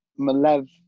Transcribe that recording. Malev